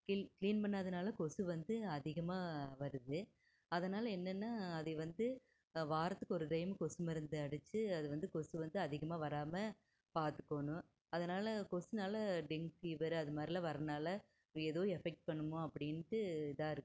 clean பண்ணாததினால கொசு வந்து அதிகமாக வருது அதனால என்னென்னா அது வந்து வாரத்துக்கு ஒரு டைம் கொசு மருந்து அடித்து அது வந்து கொசு வந்து அதிகமாக வராமல் பாத்துக்கணும் அதனால கொசுவினால டெங்கு ஃபீவர் அதுமாதிரிலாம் வரதுனால ஏதோ எஃபக்ட் பண்ணுமோ அப்படின்ட்டு இதாக இருக்கு